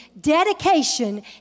Dedication